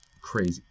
crazy